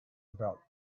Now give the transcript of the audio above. about